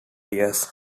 years